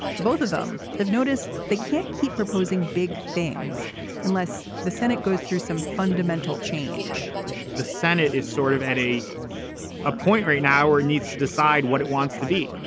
both of them they've noticed they can't keep proposing big things unless the senate goes through some fundamental change the senate is sort of at a ah point right now or needs to decide what it wants to be.